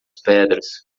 pedras